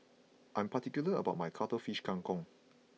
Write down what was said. I am particular about my Cuttlefish Kang Kong